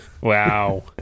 wow